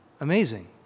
Amazing